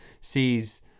sees